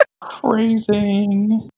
Crazy